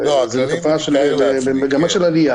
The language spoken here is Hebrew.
התופעה במגמה של עלייה